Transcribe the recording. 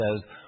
says